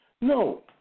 no